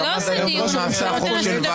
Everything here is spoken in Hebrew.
הנשיא לא ממונה על ידי הוועדה.